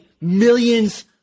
millions